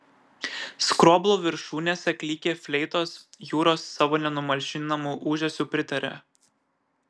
skroblų viršūnėse klykė fleitos jūros savo nenumalšinamu ūžesiu pritarė